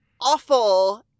awful